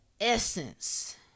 essence